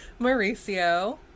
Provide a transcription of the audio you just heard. Mauricio